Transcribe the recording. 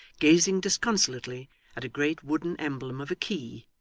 gazing disconsolately at a great wooden emblem of a key,